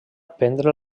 prendre